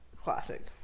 Classic